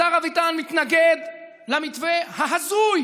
השר אביטן מתנגד למתווה ההזוי